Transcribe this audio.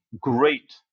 great